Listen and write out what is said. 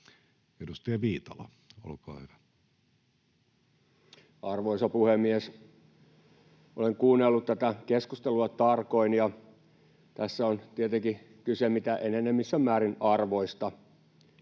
Edustaja Viitala, olkaa hyvä. Arvoisa puhemies! Olen kuunnellut tätä keskustelua tarkoin, ja tässä on tietenkin kysymys mitä enemmissä määrin arvoista.